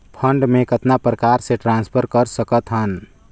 Fund मे कतना प्रकार से ट्रांसफर कर सकत हन?